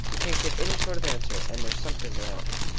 we can't get any sort of answer, and there's something wrong.